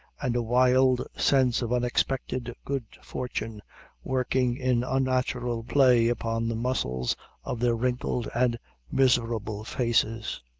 and a wild sense of unexpected good fortune working in unnatural play upon the muscles of their wrinkled and miserable faces.